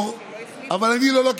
להסתכל